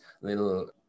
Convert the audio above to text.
little